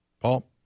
Paul